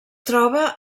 troba